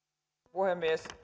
puhemies